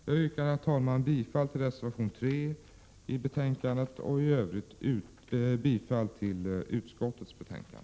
Jag yrkar, herr talman, bifall till reservation 3 och i övrigt bifall till utskottets hemställan.